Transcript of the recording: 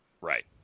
Right